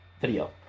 video